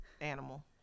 animal